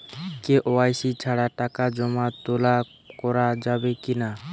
KYC ছাড়া টাকা জমা তোলা করা যাবে কি না?